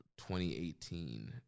2018